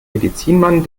medizinmann